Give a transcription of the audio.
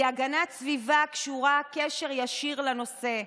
כי הגנת הסביבה קשורה בקשר ישיר לנושא.